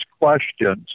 questions